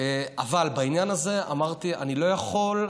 אבל בעניין הזה אמרתי: אני לא יכול,